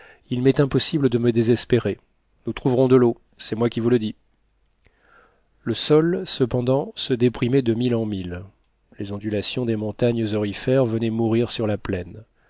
il m'est impossible de me désespérer nous trouverons de l'eau c'est moi qui vous le dis le sol cependant se déprimait de mille en mille les ondulations des montagnes aurifères venaient mourir sur la plaine